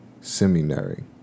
Seminary